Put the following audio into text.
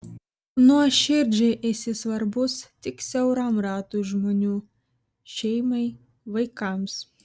nuoširdžiai esi svarbus tik siauram ratui žmonių šeimai vaikams